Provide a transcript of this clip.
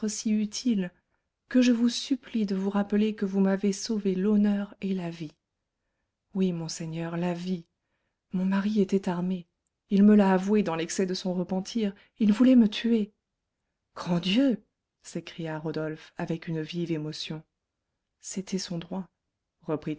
si utiles que je vous supplie de vous rappeler que vous m'avez sauvé l'honneur et la vie oui monseigneur la vie mon mari était armé il me l'a avoué dans l'excès de son repentir il voulait me tuer grand dieu s'écria rodolphe avec une vive émotion c'était son droit